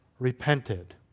Repented